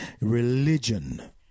religion